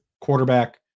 quarterback